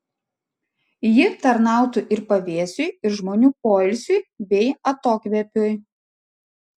ji tarnautų ir pavėsiui ir žmonių poilsiui bei atokvėpiui